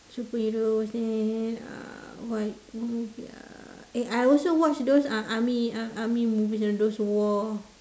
superhero then uh what movie uh eh I also watch those uh army uh army movies you know those war